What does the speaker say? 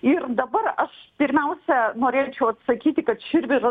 ir dabar aš pirmiausia norėčiau atsakyti kad širvir